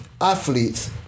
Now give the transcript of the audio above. athletes